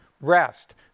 rest